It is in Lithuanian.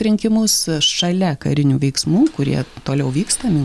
rinkimus šalia karinių veiksmų kurie toliau vyksta